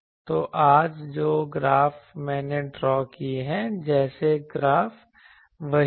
तो आज जो ग्राफ मैंने ड्रॉ किए हैं जैसे ग्राफ वहीं हैं